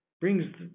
brings